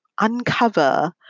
uncover